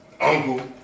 Uncle